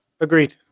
Agreed